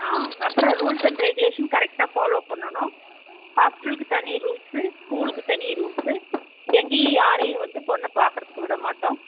ஆ அப்புறம் rules and regulation கரெக்ட்டாக follow பண்ணனும் ஹாஸ்டலுக்கு தனி ரூல்ஸ் ஸ்கூலுக்கு தனி ரூல்ஸ் எங்கேயும் யாரையும் வந்து பொண்ணை பார்க்கறதுக்கு விட மாட்டோம்